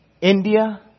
India